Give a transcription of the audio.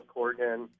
Corgan